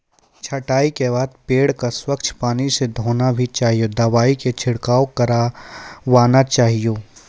छंटाई के बाद पेड़ क स्वच्छ पानी स धोना भी चाहियो, दवाई के छिड़काव करवाना चाहियो